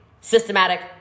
systematic